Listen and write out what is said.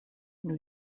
new